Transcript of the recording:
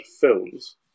films